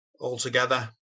altogether